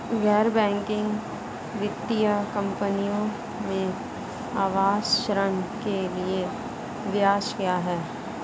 गैर बैंकिंग वित्तीय कंपनियों में आवास ऋण के लिए ब्याज क्या है?